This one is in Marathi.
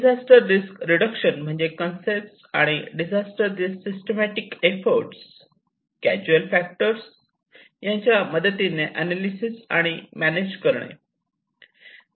डिझास्टर रिस्क रिडक्शन म्हणजे कन्सेप्ट आणि disaster risk systematic efforts casual factor यांच्या मदतीने अनालिसेस आणि मॅनेज करणे